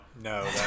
No